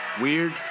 weird